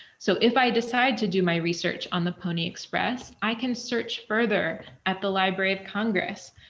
so, if i decide to do my research on the pony express, i can search further at the library of congress.